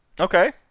Okay